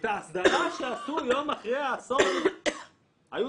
את ההסדרה שעשו יום אחרי האסון היו